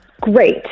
Great